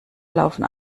laufen